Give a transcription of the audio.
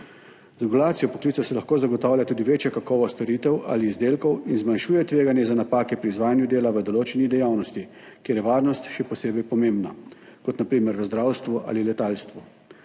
Z regulacijo poklicev se lahko zagotavlja tudi večja kakovost storitev ali izdelkov in zmanjšuje tveganje za napake pri izvajanju dela v določeni dejavnosti, kjer je varnost še posebej pomembna, kot na primer v zdravstvu ali letalstvu.